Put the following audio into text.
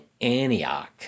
Antioch